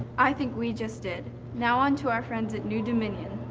i think we just did. now onto our friends at new dominion.